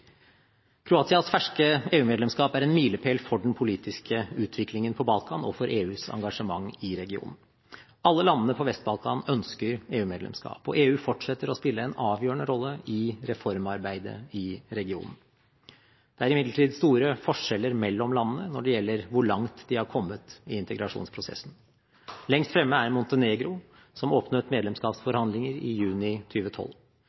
Kroatias ferske EU-medlemskap er en milepæl for den politiske utviklingen på Balkan og for EUs engasjement i regionen. Alle landene på Vest-Balkan ønsker EU-medlemskap, og EU fortsetter å spille en avgjørende rolle i reformarbeidet i regionen. Det er imidlertid store forskjeller mellom landene når det gjelder hvor langt de har kommet i integrasjonsprosessen. Lengst fremme er Montenegro, som åpnet